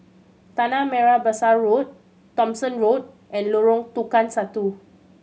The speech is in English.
Tanah Merah Besar Road Thomson Road and Lorong Tukang Satu